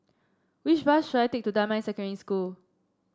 which bus should I take to Damai Secondary School